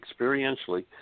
experientially